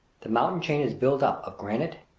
the mountain chain is built up of granite,